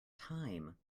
time